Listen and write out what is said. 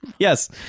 Yes